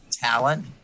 Talent